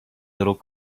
little